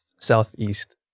southeast